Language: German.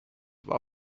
war